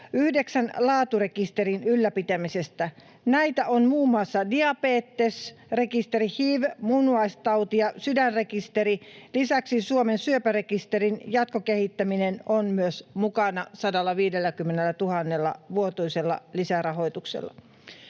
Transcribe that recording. yhdeksän laaturekisterin ylläpitämisestä. Näitä ovat muun muassa diabetesrekisteri ja hiv-, munuaistauti- ja sydänrekisteri. Lisäksi Suomen Syöpärekisterin jatkokehittäminen on myös mukana 150 000:n vuotuisella lisärahoituksella.